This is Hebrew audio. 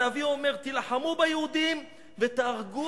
הנביא אומר: "תילחמו ביהודים ותהרגו